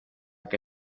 que